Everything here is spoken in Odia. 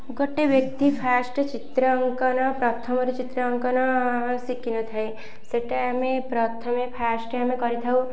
ଗୋଟେ ବ୍ୟକ୍ତି ଫାଷ୍ଟ ଚିତ୍ର ଅଙ୍କନ ପ୍ରଥମରୁ ଚିତ୍ର ଅଙ୍କନ ଶିଖିନଥାଏ ସେଇଟା ଆମେ ପ୍ରଥମେ ଫାଷ୍ଟ ଆମେ କରିଥାଉ